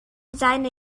seine